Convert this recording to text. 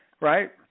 right